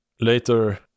later